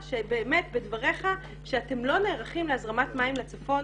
בדבריך שאתם לא נערכים להזרמת מים לצפון.